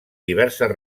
diverses